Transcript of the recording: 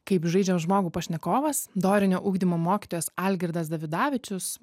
kaip žaidžiam žmogų pašnekovas dorinio ugdymo mokytojas algirdas davidavičius